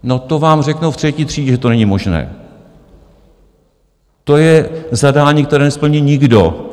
No, to vám řeknou v třetí třídě, že to není možné, to je zadání, které nesplní nikdo.